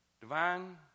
Divine